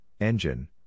Engine